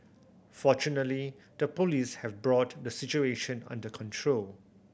fortunately the Police have brought the situation under control